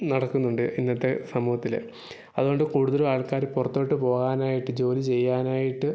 നടക്കുന്നുണ്ട് ഇന്നത്തെ സമൂഹത്തിൽ അതുകൊണ്ട് കൂടുതലും ആൾക്കാർ പുറത്തോട്ട് പോകാനായിട്ട് ജോലി ചെയ്യാനായിട്ട്